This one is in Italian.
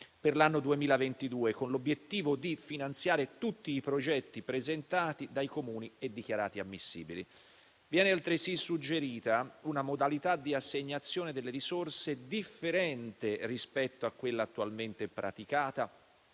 per l'anno 2022, con l'obiettivo di finanziare tutti i progetti presentati dai Comuni e dichiarati ammissibili. Viene altresì suggerita una modalità di assegnazione delle risorse differente rispetto a quella attualmente praticata,